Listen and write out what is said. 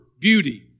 beauty